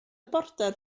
border